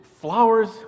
flowers